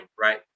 right